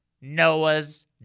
Noah's